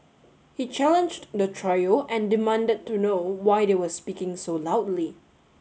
he challenged the trio and demanded to know why they were speaking so loudly